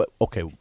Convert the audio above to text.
Okay